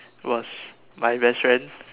was my best friend